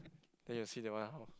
then you see that one how